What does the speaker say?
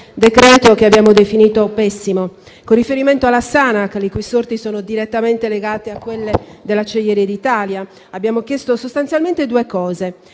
decreto-legge, che abbiamo definito pessimo. Con riferimento a Sanac, le cui sorti sono direttamente legate a quelle di Acciaierie d'Italia, abbiamo chiesto sostanzialmente due cose: